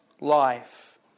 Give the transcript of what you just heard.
life